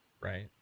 right